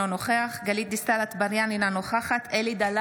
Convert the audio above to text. אינו נוכח גלית דיסטל אטבריאן,